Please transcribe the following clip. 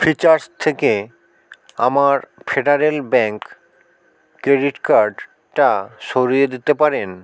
Freecharge থেকে আমার Federal bank credit কার্ডটা সরিয়ে দিতে পারেন